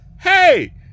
hey